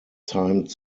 timed